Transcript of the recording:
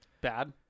Bad